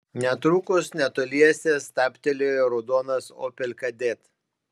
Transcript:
netrukus netoliese stabtelėjo raudonas opel kadett